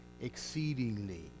exceedingly